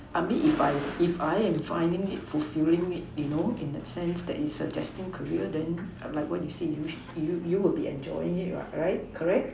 I mean if I if I am finding it fulfilling it you know in a sense that is a destined career then err like what you say you should you would be enjoying it [what] right correct